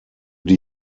die